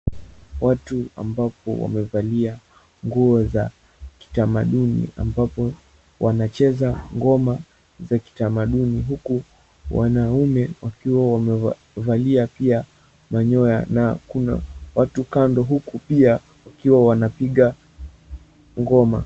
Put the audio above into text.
Watu ambapo wamevalia nguo za kitamaduni ambapo wanacheza ngoma za kitamaduni huku wanaume wakiwa wamevaa wamevalia pia manyoya na kuna watu kando huku pia wakiwa wanapiga ngoma.